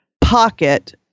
pocket